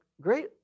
great